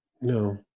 No